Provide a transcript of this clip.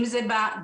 אם זה במיקום.